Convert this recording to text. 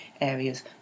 areas